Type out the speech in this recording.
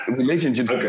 relationships